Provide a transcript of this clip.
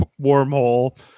wormhole